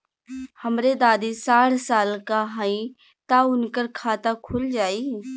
हमरे दादी साढ़ साल क हइ त उनकर खाता खुल जाई?